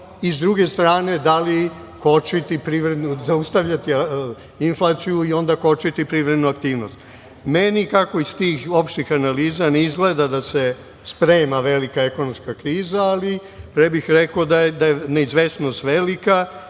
Sa druge strane, da li zaustavljati inflaciju i onda kočiti privrednu aktivnost. Meni, kako iz tih opštih analiza ne izgleda da se sprema velika ekonomska kriza, ali pre bih rekao da je neizvesnost velika.